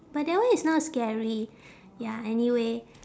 but that one is not scary ya anyway